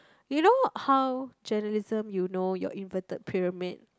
you know how journalism you know your inverted pyramid